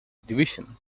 division